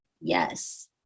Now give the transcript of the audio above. yes